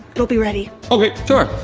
it'll be ready. okay sure,